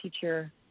teacher